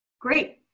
Great